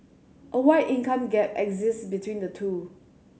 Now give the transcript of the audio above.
a wide income gap exist between the two